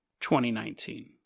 2019